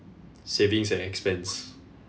savings and expense